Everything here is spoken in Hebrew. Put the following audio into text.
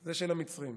זה של המצרים.